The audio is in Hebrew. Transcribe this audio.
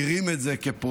הוא הרים את זה כפרויקט